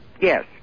Yes